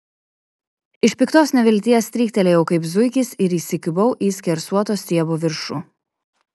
iš piktos nevilties stryktelėjau kaip zuikis ir įsikibau į skersuoto stiebo viršų